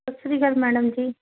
ਸਤਿ ਸ਼੍ਰੀ ਅਕਾਲ ਮੈਡਮ ਜੀ